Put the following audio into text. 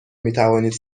میتوانید